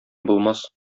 булмас